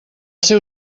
seu